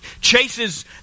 chases